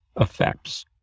effects